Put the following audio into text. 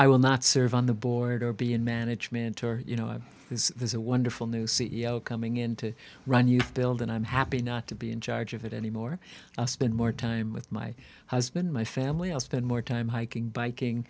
i will not serve on the board or be in management or you know i'm this is a wonderful new c e o coming in to run you build and i'm happy not to be in charge of it anymore i'll spend more time with my husband my family i'll spend more time hiking biking